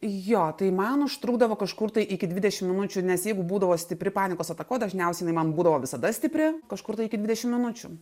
jo tai man užtrukdavo kažkur tai iki dvidešim minučių nes jeigu būdavo stipri panikos ataka dažniausiai jinai man būdavo visada stipri kažkur tai iki dvidešim minučių